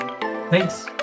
Thanks